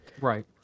Right